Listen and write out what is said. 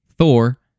Thor